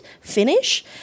finish